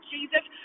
Jesus